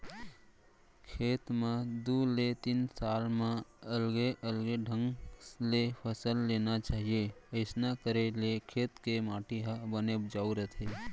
खेत म दू ले तीन साल म अलगे अलगे ढंग ले फसल लेना चाही अइसना करे ले खेत के माटी ह बने उपजाउ रथे